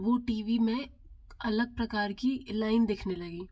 वो TV में अलग प्रकार की लाइन दिखने लगी